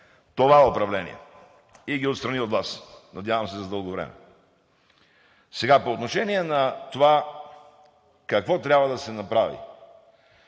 това управление, и ги отстрани от власт. Надявам се за дълго време. Сега по отношение на това какво трябва да се направи.